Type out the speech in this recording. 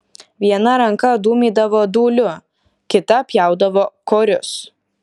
viena ranka dūmydavo dūliu kita pjaudavo korius